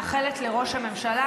ראשון.